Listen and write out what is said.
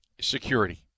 security